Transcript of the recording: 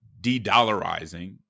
de-dollarizing